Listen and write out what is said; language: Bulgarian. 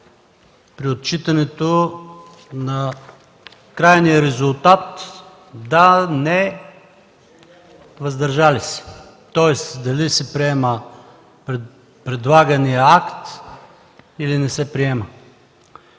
при отчитането на крайния резултат – „да”, „не” и „въздържали се”, тоест дали се приема предлаганият акт, или не се приема.